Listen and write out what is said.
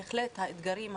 בהחלט האתגרים,